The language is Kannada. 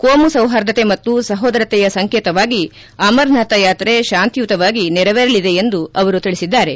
ಕೋಮು ಸೌಹಾರ್ದತೆ ಮತ್ತು ಸಹೋದರತೆಯ ಸಂಕೇತವಾಗಿ ಅಮರನಾಥ ಯಾತ್ರೆ ಶಾಂತಿಯುತವಾಗಿ ನೆರವೇರಲಿದೆ ಎಂದು ಅವರು ತಿಳಿಸಿದ್ದಾರೆ